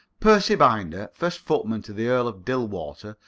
percy binder, first footman to the earl of dilwater,